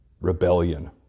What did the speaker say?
rebellion